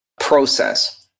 process